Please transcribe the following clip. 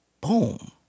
Boom